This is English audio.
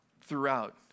throughout